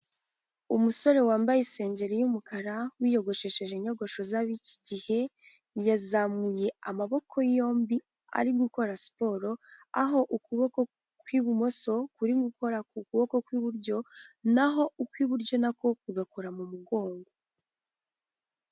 Umusore wambaye isengeri y'umukara wiyogoshesheje inyogosho z'abikigihe yazamuye amaboko yombi ari gukora siporo aho ukuboko kw'ibumoso kuri gukora ku kuboko kw'iburyo naho ukw'iburyo nako kugakora mu mugongo.